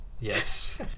Yes